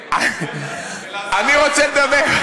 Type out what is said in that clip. אני רוצה לדבר.